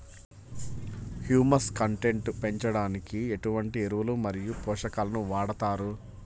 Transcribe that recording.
Humus content పెంచడానికి ఎటువంటి ఎరువులు మరియు పోషకాలను వాడతారు?